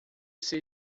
ser